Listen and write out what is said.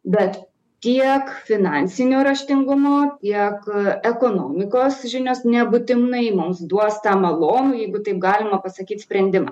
bet tiek finansinio raštingumo tiek ekonomikos žinios nebūtinai mums duos tą malonų jeigu taip galima pasakyt sprendimą